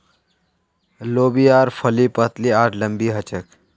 लोबियार फली पतली आर लम्बी ह छेक